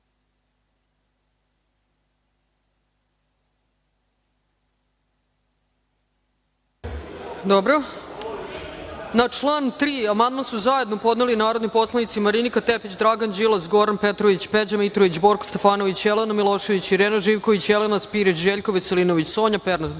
Dobro. Na član 3. amandman su zajedno podneli narodni poslanici Marinika Tepić, Dragan Đilas, Goran Petrović, Peđa Mitrović, Borko Stefanović, Jelena Milošević, Irena Živković, Jelena Spirić, Željko Veselinović, Sonja Pernat,